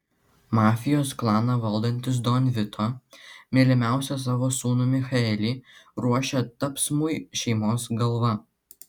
mafijos klaną valdantis don vito mylimiausią savo sūnų michaelį ruošia tapsmui šeimos galva